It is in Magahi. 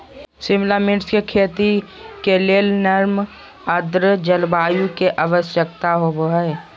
शिमला मिर्च के खेती के लेल नर्म आद्र जलवायु के आवश्यकता होव हई